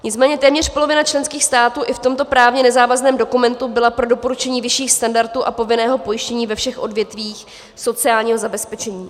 Nicméně téměř polovina členských států i v tomto právně nezávazném dokumentu byla pro doporučení vyšších standardů a povinného pojištění ve všech odvětvích sociálního zabezpečení.